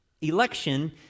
Election